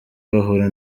bahura